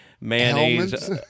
mayonnaise